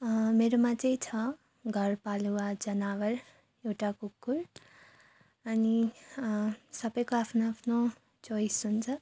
मेरोमा चाहिँ छ घरपालुवा जनावर एउटा कुकुर अनि सबैको आफ्नो आफ्नो चोइस हुन्छ